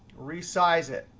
resize it.